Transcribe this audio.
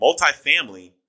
Multifamily